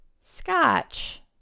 scotch